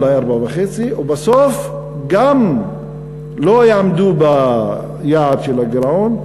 אולי 4.5% ובסוף גם לא יעמדו ביעד של הגירעון,